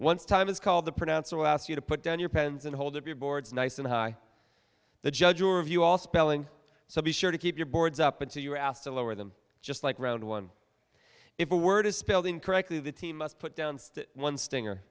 once time is called the pronouncer will ask you to put down your pens and hold up your boards nice and high the judge or of you all spelling so be sure to keep your boards up until you are asked to lower them just like round one if the word is spelled incorrectly the team must put down one stinger